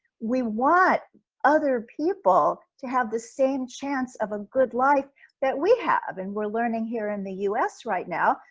we want other people to have the same chance of a good life that we have, and we're learning here in the us right now,